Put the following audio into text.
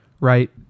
right